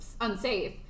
unsafe